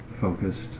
focused